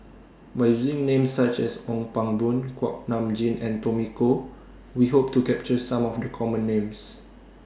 By using Names such as Ong Pang Boon Kuak Nam Jin and Tommy Koh We Hope to capture Some of The Common Names